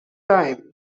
time